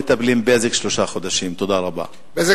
שלושה חודשים "בזק" לא מטפלים.